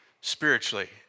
spiritually